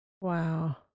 wow